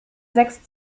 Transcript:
sechs